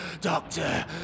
Doctor